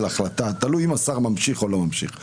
החלטה - תלוי אם השר ממשיך או לא ממשיך.